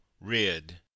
Rid